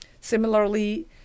Similarly